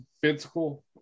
physical